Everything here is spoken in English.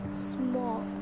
small